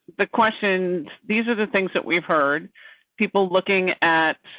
the question, these are the things that we've heard people looking at.